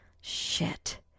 Shit